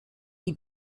wie